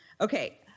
Okay